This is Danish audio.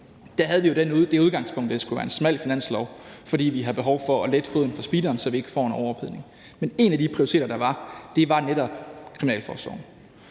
havde vi jo det udgangspunkt, at det skulle være en smal finanslov, fordi vi har behov for at lette foden fra speederen, så vi ikke får en overophedning. Men en af de prioriteter, der var, var netop kriminalforsorgen.